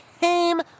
came